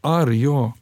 ar jo